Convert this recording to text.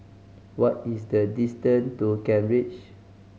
what is the distance to Kent Ridge